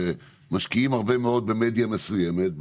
משקיעים הרבה מאוד במדיה מסוימת,